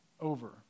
over